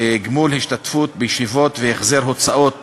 (גמול השתתפות בישיבות והחזר הוצאות